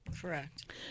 Correct